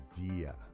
idea